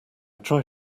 try